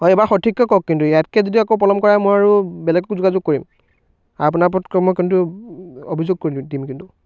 অঁ এইবাৰ সঠিককৈ কওক কিন্তু ইয়াতকৈ যদি আকৌ পলম কৰে মই আৰু বেলেগক যোগাযোগ কৰিম আৰু আপোনাৰ ওপৰত মই কিন্তু অভিযোগ কৰি দিম কিন্তু